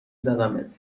زدمت